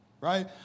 right